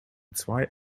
zwei